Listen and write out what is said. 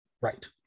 right